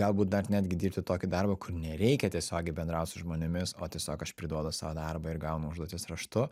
galbūt dar netgi dirbti tokį darbą kur nereikia tiesiogiai bendraut su žmonėmis o tiesiog aš priduodu savo darbą ir gaunu užduotis raštu